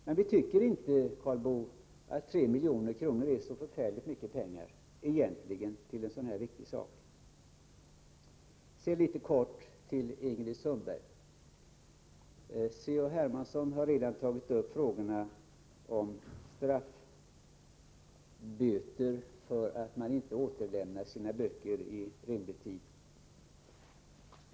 Men vi tycker inte, Karl Boo, att 3 milj.kr. egentligen är så förfärligt mycket pengar till en så här viktig sak. Sedan litet kortfattat till Ingrid Sundberg: C.-H. Hermansson har redan tagit upp frågan om böter för att man inte återlämnar sina lånade böcker i rätt tid.